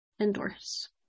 endorse